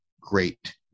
great